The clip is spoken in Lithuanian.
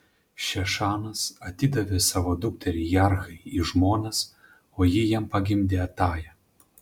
šešanas atidavė savo dukterį jarhai į žmonas o ji jam pagimdė atają